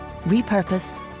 repurpose